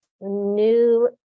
new